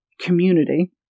community